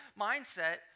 mindset